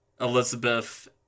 Elizabeth